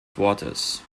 wortes